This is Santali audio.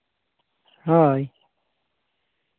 ᱦᱳᱭ